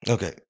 Okay